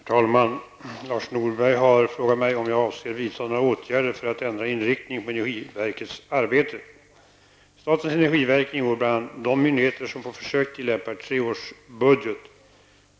Herr talman! Lars Norberg har frågat mig om jag avser vidta några åtgärder för att ändra inriktningen på energiverkets arbete. Statens energiverk ingår bland de myndigheter som på försök tillämpar treårsbudget.